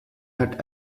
had